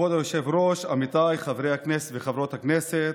כבוד היושב-ראש, עמיתיי חברי הכנסת וחברות הכנסת,